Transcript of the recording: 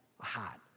hot